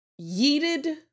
yeeted